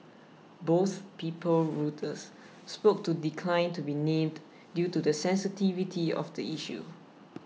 both people Reuters spoke to declined to be named due to the sensitivity of the issue